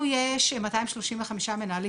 לנו יש מאתיים שלושים וחמישה מנהלים